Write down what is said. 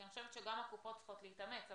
כי אני חושבת שגם הקופות צריכות להתאמץ.